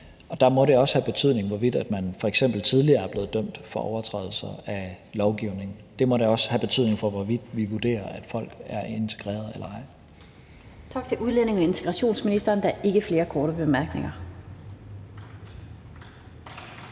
og der må det også have betydning, hvorvidt man f.eks. tidligere er blevet dømt for overtrædelser af lovgivningen. Det må da også have betydning for, hvorvidt vi vurderer, om folk er integrerede eller ej. Kl. 13:53 Den fg. formand (Annette Lind): Tak til udlændinge- og integrationsministeren. Der er ikke flere korte bemærkninger.